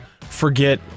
forget